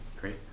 Great